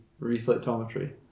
reflectometry